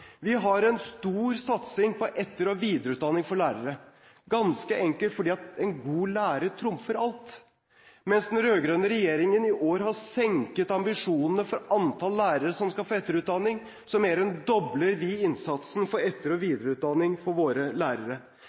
Vi har en stor satsing på etter- og videreutdanning for lærere, ganske enkelt fordi en god lærer trumfer alt. Mens den rød-grønne regjeringen i år har senket ambisjonene for antall lærere som skal få etterutdanning, så mer enn dobler vi innsatsen for etter- og videreutdanning for våre lærere.